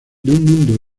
mundo